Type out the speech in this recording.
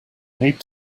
need